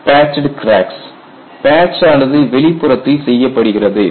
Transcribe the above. Patched Cracks patched cracks patch ஆனது வெளிப்புறத்தில் செய்யப்படுகிறது